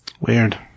Weird